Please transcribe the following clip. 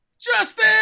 Justin